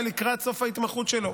היה לקראת סוף ההתמחות שלו,